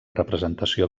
representació